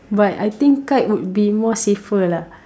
but I think kite would be more safer lah